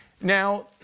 Now